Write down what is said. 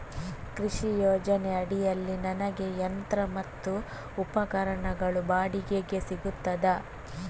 ಕೃಷಿ ಯೋಜನೆ ಅಡಿಯಲ್ಲಿ ನನಗೆ ಯಂತ್ರ ಮತ್ತು ಉಪಕರಣಗಳು ಬಾಡಿಗೆಗೆ ಸಿಗುತ್ತದಾ?